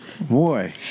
Boy